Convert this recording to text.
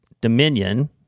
dominion